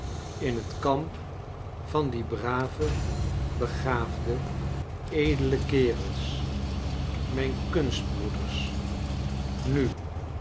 in het kamp van die brave begaafde edele kerels mijn kunstbroeders nu